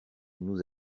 nous